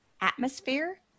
atmosphere